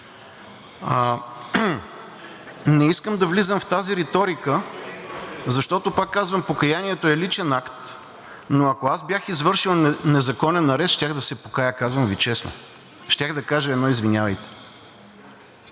Не искам да влизам в тази риторика, защото, пак казвам, покаянието е личен акт, но ако аз бях извършил незаконен арест, щях да се покая. Казвам Ви честно. Щях да кажа едно „Извинявайте!“